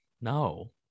no